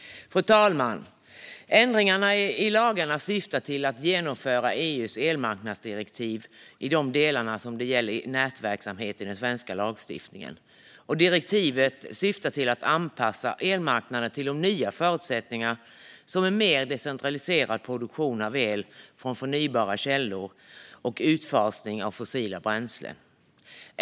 Fru talman! Ändringarna i lagarna syftar till att genomföra EU:s elmarknadsdirektiv i de delar som gäller nätverksamhet i den svenska lagstiftningen. Direktivet syftar till att anpassa elmarknaden till de nya förutsättningar som en mer decentraliserad produktion av el från förnybara källor och utfasning av fossila bränslen innebär.